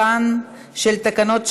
17 מתנגדים, אין נמנעים.